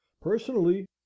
personally